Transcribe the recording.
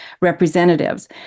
representatives